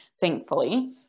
thankfully